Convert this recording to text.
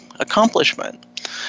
Accomplishment